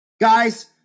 guys